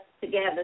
together